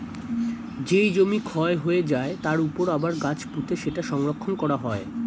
যেই জমি ক্ষয় হয়ে যায়, তার উপর আবার গাছ পুঁতে সেটা সংরক্ষণ করা হয়